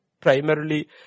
primarily